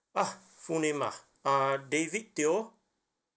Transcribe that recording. ah full name ah uh david teo